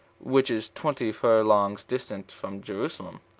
which is twenty furlongs distant from jerusalem.